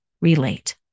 relate